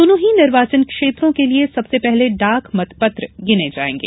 दोनों ही निर्वाचन क्षेत्रों के लिये सबसे पहले डाक मतपत्र गिने जाएंगे